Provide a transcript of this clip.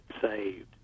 saved